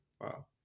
wow